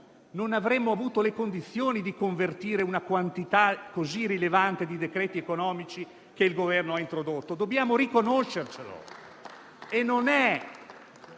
non avremmo avuto le condizioni per poter convertire una quantità così rilevante di decreti-legge economici come quella che il Governo ha introdotto. Dobbiamo riconoscerlo.